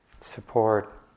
support